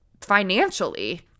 Financially